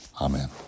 Amen